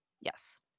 Yes